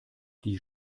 die